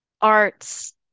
arts